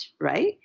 right